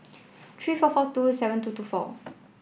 three four four two seven two two four